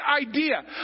idea